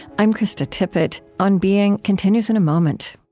i'm krista tippett. on being continues in a moment